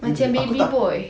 macam baby boy